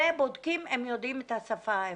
ובודקים אם יודעים את השפה העברית.